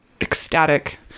ecstatic